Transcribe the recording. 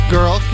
Girl